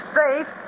safe